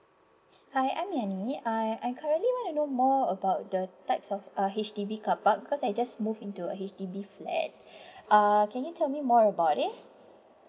hi I'm yani I I'm currently wanna know more about the types of uh H_D_B car park cause I just move into a H_D_B flat uh can you tell me more about it